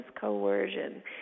coercion